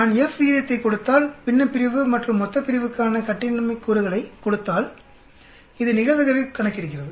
நான் F விகிதத்தைக் கொடுத்தால் பின்னப்பிரிவு மற்றும் மொத்தப்பிரிவுக்கான கட்டினமாய் கூறுகளை கொடுத்தால் இது நிகழ்தகவைக் கணக்கிடுகிறது